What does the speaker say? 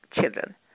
children